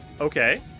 Okay